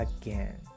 again